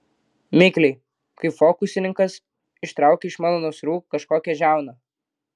mikliai kaip fokusininkas ištraukė iš mano nasrų kažkokią žiauną